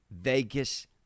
Vegas